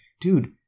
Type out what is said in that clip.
dude